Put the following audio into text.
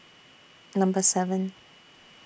Number seven